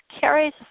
carries